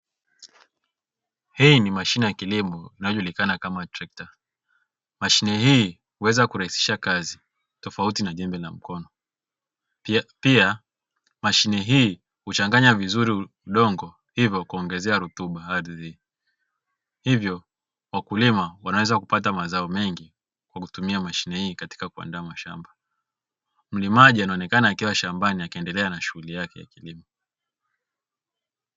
Hii ni mashine ya kilimo inayojulikana kama trekta. Mashine hii kuweza kurahisisha kazi tofauti na jembe na mkono, pia mashine hii uchanganya vizuri udongo, hivyo kuongezea rutuba ardhi, hivyo wakulima wanaweza kupata mazao mengi kwa kutumia mashine hii, katika kuandaa mashamba. Mlimaji anaonekana akiwa shambani akiendelea na shughuli yake ya kilimo.